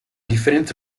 differenza